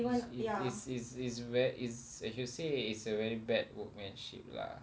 is is is is is very is you should say it's a really bad workmanship lah